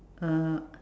uh